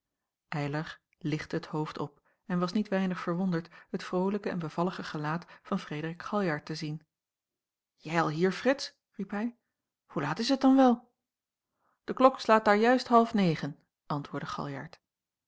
eylar lichtte het hoofd op en was niet weinig verwonderd het vrolijke en bevallige gelaat van frederik galjart te zien jij al hier frits riep hij hoe laat is het dan wel de klok slaat daar juist half negen antwoordde galjart